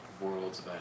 worlds